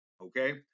okay